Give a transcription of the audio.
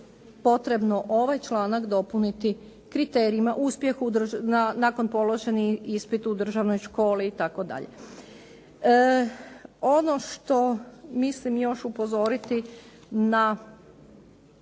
potrebno ovaj članak dopuniti kriterijima o uspjehu nakon položenog ispita u državnoj školi itd.. Ono što mislim još upozoriti na